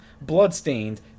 Bloodstained